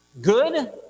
Good